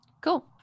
Cool